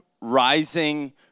rising